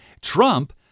Trump